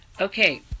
Okay